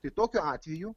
tai tokiu atveju